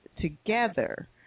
together